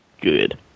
good